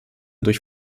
durch